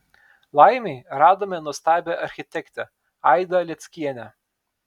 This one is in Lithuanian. laimei radome nuostabią architektę aidą leckienę